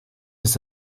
ist